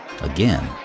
again